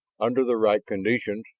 under the right conditions,